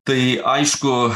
tai aišku